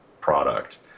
product